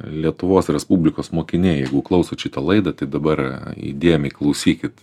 lietuvos respublikos mokiniai klausot šitą laidą tai dabar įdėmiai klausykit